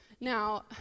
Now